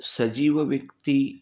सजीवव्यक्तिः